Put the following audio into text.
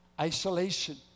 isolation